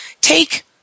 take